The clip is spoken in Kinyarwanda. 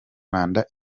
manda